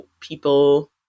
people